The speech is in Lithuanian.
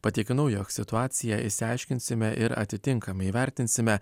patikinau jog situaciją išsiaiškinsime ir atitinkamai įvertinsime